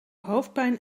hoofdpijn